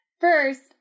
First